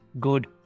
good